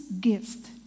Gift